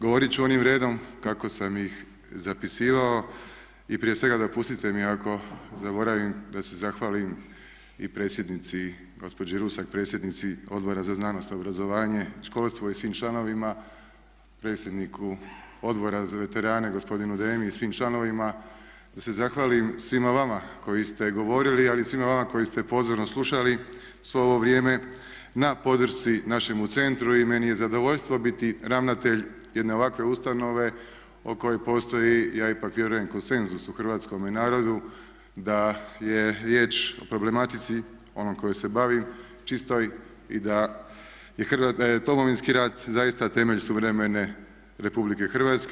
Govorit ću onim redom kako sam ih zapisivao i prije svega dopustite mi ako zaboravim da se zahvalim i predsjednici gospođi Rusak, predsjednici Odbora za znanost, obrazovanje i školstvo i svim članovima, predsjedniku Odbora za veterane gospodinu Demi i svim članovima, da se zahvalim svima vama koji ste govorili ali i svima vama koji ste pozorno slušali svo ovo vrijeme na podršci našemu centru i meni je zadovoljstvo biti ravnatelj jedne ovakve ustanove o kojoj postoji ja ipak vjerujem konsenzus u hrvatskome narodu da je riječ o problematici onom kojom se bavi čistoj i da je Domovinski rat zaista temelj suvremene RH.